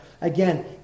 Again